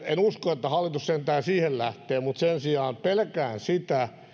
en usko että hallitus sentään siihen lähtee mutta sen sijaan pelkään sitä